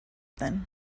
then